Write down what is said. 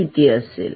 किती असेल